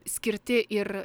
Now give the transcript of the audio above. skirti ir